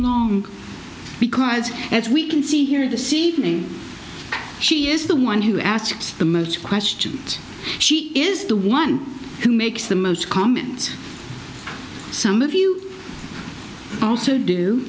long because as we can see here this evening she is the one who asks the most questions she is the one who makes the most comments some of you also do